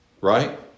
right